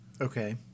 Okay